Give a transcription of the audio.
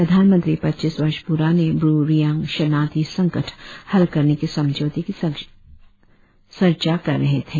प्रधानमंत्री पच्चीस वर्ष पुराने ब्रू रियांग शरणार्थी संकट हल करने के समझौते की चर्चा कर रहे थे